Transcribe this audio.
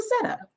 setup